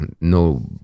no